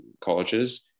colleges